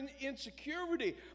insecurity